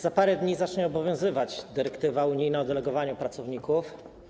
Za parę dni zacznie obowiązywać dyrektywa unijna o delegowaniu pracowników.